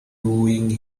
doing